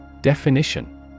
Definition